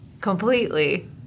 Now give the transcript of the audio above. Completely